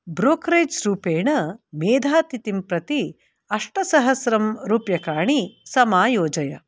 brokerage रूपेण मेधातिथिं प्रति अष्टसहस्रं रूप्यकाणि समायोजय